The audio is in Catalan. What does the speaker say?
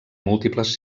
múltiples